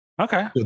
okay